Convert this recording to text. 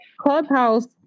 clubhouse